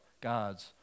God's